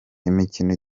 imikino